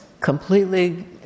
completely